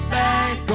back